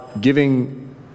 giving